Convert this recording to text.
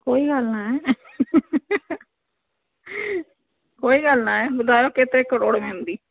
कोई ॻाल्हि न आहे कोई ॻाल्हि न आहे ॿुधायो केतिरी करोड़ में हूंदी